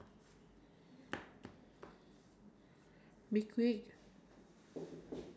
dah !alamak! dia cakap eleven fifty dia cakap empat puluh minit sekarang dah